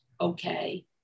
okay